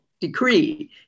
decree